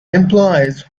employees